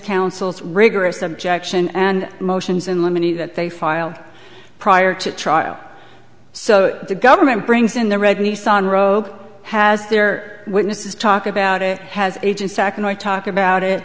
counsel's rigorous objection and motions in limine that they filed prior to trial so the government brings in the red nissan robe has their witnesses talk about it has agent sac and i talk about it